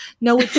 No